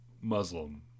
Muslim